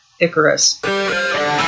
Icarus